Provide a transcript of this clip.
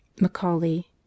Macaulay